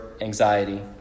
anxiety